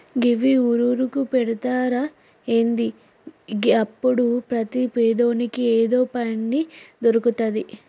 గివ్వి ఊరూరుకు పెడ్తరా ఏంది? గప్పుడు ప్రతి పేదోని ఏదో పని దొర్కుతది